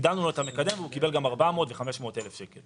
הגדלנו לעסק כזה את המקדם והוא קיבל גם 400,000 או 500,000 שקל.